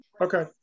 Okay